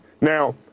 Now